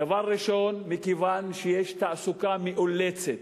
דבר ראשון, מכיוון שיש תעסוקה מאולצת.